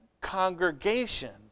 congregation